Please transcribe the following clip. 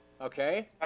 Okay